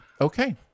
okay